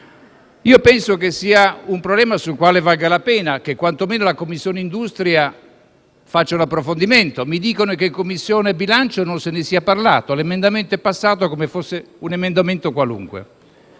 Penso sia un problema sul quale valga la pena che quantomeno la Commissione industria faccia un approfondimento. Mi dicono che in Commissione bilancio non se ne sia parlato: l'emendamento è passato come se fosse una proposta qualunque.